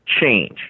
change